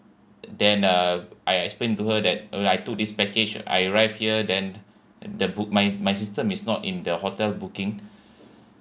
then uh I explained to her that like I took this package I arrived here then the book my my system is not in the hotel booking